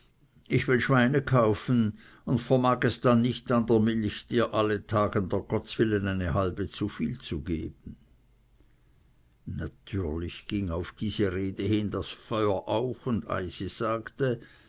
ich will schweine kaufen und vermag es dann nicht an der milch dir alle tage dr gottswillen eine halbe zu viel zu geben natürlich ging auf diese rede hin das feuer auf und eisi sagte